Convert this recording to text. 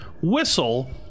whistle